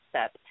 step